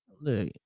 Look